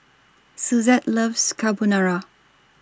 Suzette loves Carbonara